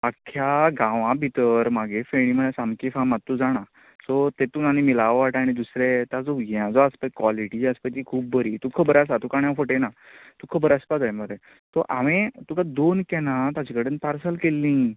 अख्ख्या गांवा भितर मागे फेणी म्हळ्या सामकी फामाद तूं जाणा सो तेतून आनी मिलावट आनी दुसरें ताजो हें जो आसता कॉलेटी जी आसता ती खूब बरी तुका खबर आसा तुका आणी हांव फटयना तुका खबर आसपा जाय मरे तो हांवें तुका दोन कॅनां ताचे कडेन पार्सल केल्लीं